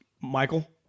Michael